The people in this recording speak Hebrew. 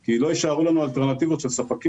כי לא יישארו לנו אלטרנטיבות של ספקים.